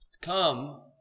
Come